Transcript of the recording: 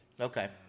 okay